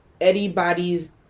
anybody's